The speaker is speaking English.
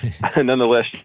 nonetheless